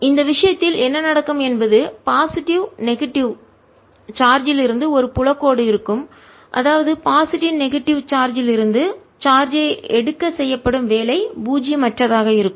எனவே இந்த விஷயத்தில் என்ன நடக்கும் என்பது பாசிட்டிவ் நெகட்டிவ் நேர்மறை எதிர்மறை சார்ஜ் லிருந்து ஒரு புலக் கோடு இருக்கும் அதாவது பாசிட்டிவ் நெகட்டிவ் நேர்மறை எதிர்மறை சார்ஜ் லிருந்து சார்ஜ் ஐ எடுக்க செய்யப்படும் வேலை பூஜ்ஜியமற்ற தாக இருக்கும்